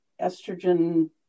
estrogen